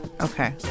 okay